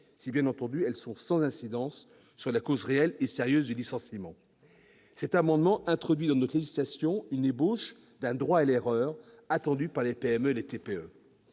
si elles sont sans incidence sur la cause réelle et sérieuse du licenciement ». Cet amendement introduit dans notre législation l'ébauche d'un droit à l'erreur, attendu par les PME et les TPE.